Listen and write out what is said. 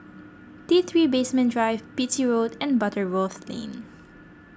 T three Basement Drive Beatty Road and Butterworth Lane